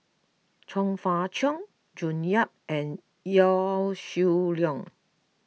Chong Fah Cheong June Yap and Yaw Shin Leong